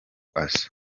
asa